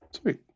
Sweet